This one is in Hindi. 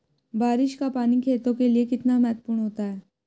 बारिश का पानी खेतों के लिये कितना महत्वपूर्ण होता है?